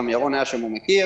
ירון היה שם והוא מכיר